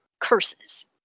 curses